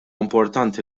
importanti